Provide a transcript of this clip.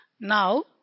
Now